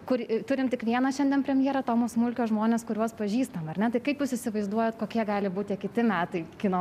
kur turim tik vieną šiandien premjerą tomo smulkios žmones kuriuos pažįstam ar ne taip kaip jūs įsivaizduojat kokie gali būti kiti metai kino